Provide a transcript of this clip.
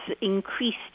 increased